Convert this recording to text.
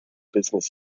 business